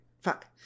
Fuck